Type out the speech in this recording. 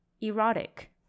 erotic